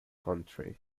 country